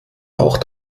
auch